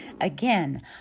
Again